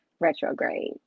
retrograde